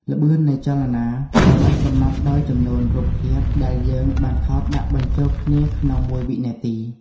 ល្បឿននៃចលនាត្រូវបានកំណត់ដោយចំនួនរូបភាពដែលយើងបានថតដាក់បញ្ចូលគ្នាក្នុងមួយវិនាទី។